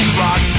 rock